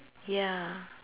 ya